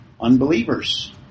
unbelievers